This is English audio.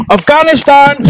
Afghanistan